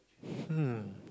hmm